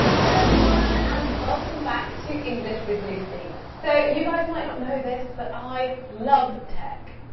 hello everyone and welcome back to english with lucy. so you guys might not know this, but i love tech,